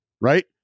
right